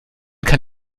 kann